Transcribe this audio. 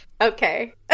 Okay